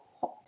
hot